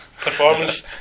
performance